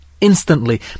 instantly